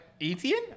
Etienne